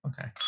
okay